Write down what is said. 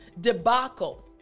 debacle